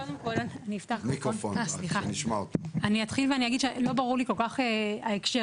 אני אתחיל ואגיד שלא ברור לי כל כך ההקשר.